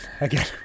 again